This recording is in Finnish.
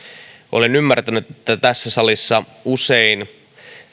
olen ymmärtänyt että tässä salissa usein